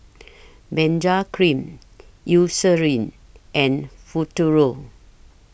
Benzac Cream Eucerin and Futuro